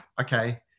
okay